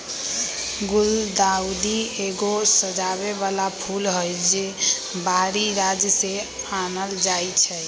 गुलदाऊदी एगो सजाबे बला फूल हई, जे बाहरी राज्य से आनल जाइ छै